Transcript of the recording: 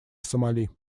сомали